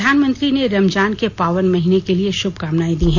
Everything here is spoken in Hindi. प्रधानमंत्री ने रमजान के पावन महीने के लिए शुभकामनाएं दी हैं